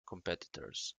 competitors